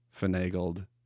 finagled